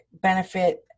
benefit